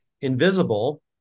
Invisible